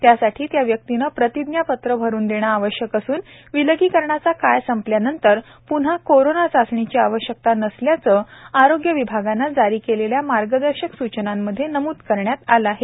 त्यासाठी त्या व्यक्तीने प्रतिज्ञापत्र भरून देणे आवश्यक असून विलगीकरणाचा काळ संपल्यानंतर प्न्हा कोरोना चाचणीची आवश्यकता नसल्याचे आरोग्य विभागाने जारी केलेल्या मार्गदर्शक सुचनांमध्ये नमुद करण्यात आले आहे